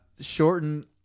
shorten